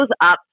up